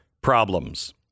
problems